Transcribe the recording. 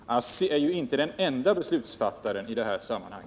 ASSI är ju inte den enda beslutsfattaren i detta sammanhang.